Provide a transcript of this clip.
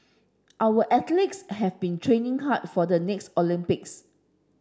our athletes have been training hard for the next Olympics